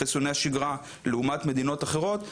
חיסוני השגרה לעומת מדינות אחרות.